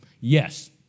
Yes